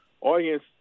audience